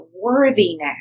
worthiness